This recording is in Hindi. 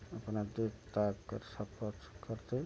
अपना देख दाख कर सब का सब कुछ करते